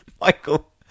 Michael